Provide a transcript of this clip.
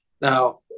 Now